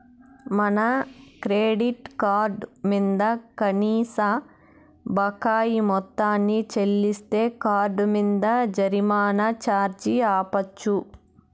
మన credit card మింద కనీస బకాయి మొత్తాన్ని చెల్లిస్తే కార్డ్ మింద జరిమానా ఛార్జీ ఆపచ్చు